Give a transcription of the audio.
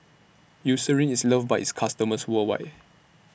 Eucerin IS loved By its customers worldwide